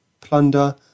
plunder